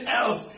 else